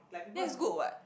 that's good what